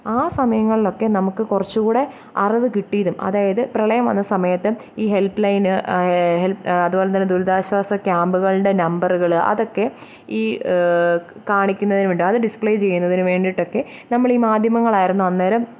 ആ സമയങ്ങളിലൊക്കെ നമുക്ക് കുറച്ച് കൂടെ അറിവ് കിട്ടിയിരുന്നു അതായത് പ്രളയം വന്ന സമയത്ത് ഈ ഹെല്പ്ലൈന് അതുപോലെ തന്നെ ദുരിതാശ്വാസ ക്യാമ്പുകളുടെ നമ്പറുകൾ അതൊക്കെ ഈ കാണിക്കുന്നത് വേണ്ടി അത് ഡിസ്പ്ലേ ചെയ്യുന്നതിന് വേണ്ടിയിട്ടൊക്കെ നമ്മൾ ഈ മധ്യമങ്ങൾ ആയിരുന്നു അന്നേരം